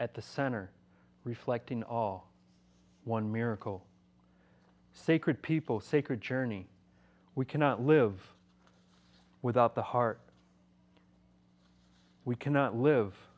at the center reflecting all one miracle sacred people sacred journey we cannot live without the heart we cannot live